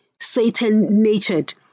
Satan-natured